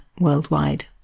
worldwide